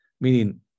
meaning